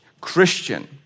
Christian